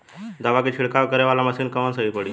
दवा के छिड़काव करे वाला मशीन कवन सही पड़ी?